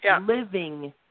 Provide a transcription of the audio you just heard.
living